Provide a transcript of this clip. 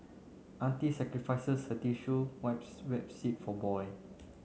auntie sacrifices her tissue wipes wet seat for boy